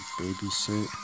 babysit